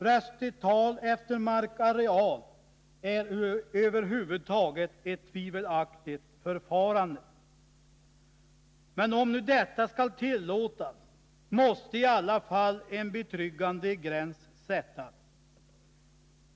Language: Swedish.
Röstetal efter markareal är över huvud taget ett tvivelaktigt förfarande, men om nu detta skall tillåtas måste i alla fall en betryggande gräns sättas.